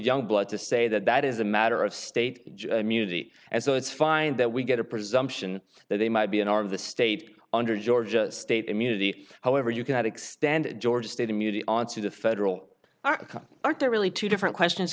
youngblood to say that that is a matter of state muti and so it's fine that we get a presumption that they might be an arm of the state under georgia state immunity however you cannot extend georgia state immunity on to the federal act aren't there really two different questions